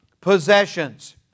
possessions